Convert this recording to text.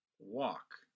Walk